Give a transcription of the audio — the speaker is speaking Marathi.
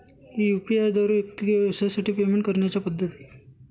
यू.पी.आय द्वारे व्यक्ती किंवा व्यवसायांसाठी पेमेंट करण्याच्या पद्धती